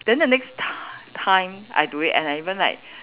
then the next ti~ time I do it and I even like